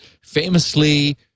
Famously